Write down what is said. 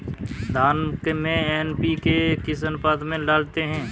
धान में एन.पी.के किस अनुपात में डालते हैं?